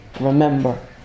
remember